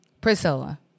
Priscilla